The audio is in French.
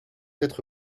être